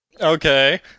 Okay